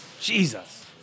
Jesus